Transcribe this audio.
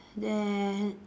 then